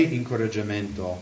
incoraggiamento